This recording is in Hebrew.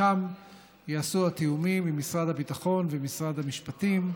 שם ייעשו התיאומים עם משרד הביטחון ומשרד המשפטים.